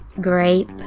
Grape